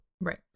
Right